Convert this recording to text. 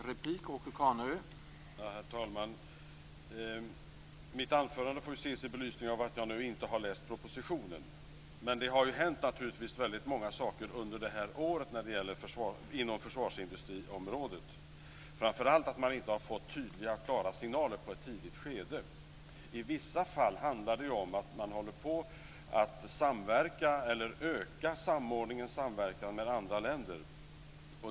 Herr talman! Mitt anförande får ses i belysning av att jag inte har läst propositionen. Men det har naturligtvis hänt väldigt många saker under det här året inom försvarsindustriområdet, framför allt att man inte har fått tydliga och klara signaler i ett tidigt skede. I vissa fall handlar det om att man håller på att samverka eller ökar samordningen och samverkan med andra länder.